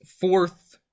fourth